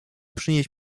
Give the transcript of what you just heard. przynieś